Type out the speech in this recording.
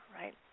right